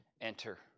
enter